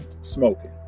smoking